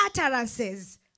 utterances